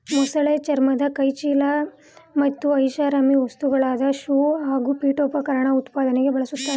ಮೊಸಳೆ ಚರ್ಮನ ಕೈಚೀಲ ಮತ್ತು ಐಷಾರಾಮಿ ವಸ್ತುಗಳಾದ ಶೂ ಹಾಗೂ ಪೀಠೋಪಕರಣ ಉತ್ಪಾದನೆಗೆ ಬಳುಸ್ತರೆ